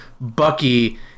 Bucky